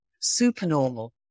supernormal